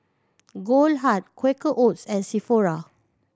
Goldheart Quaker Oats and Sephora